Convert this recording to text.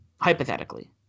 hypothetically